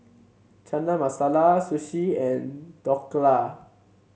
Chana Masala Sushi and Dhokla